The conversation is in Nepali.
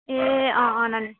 ए अँ अँ नानी